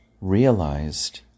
realized